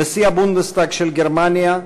נשיא הבונדסטאג של גרמניה,